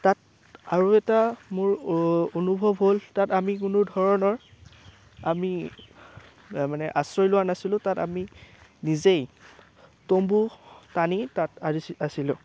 তাত আৰু এটা মোৰ অনুভৱ হ'ল তাত আমি কোনো ধৰণৰ আমি মানে আশ্ৰয় লোৱা নাছিলোঁ আমি নিজেই টম্বু টানি তাত আছিলোঁ